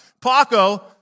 Paco